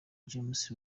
james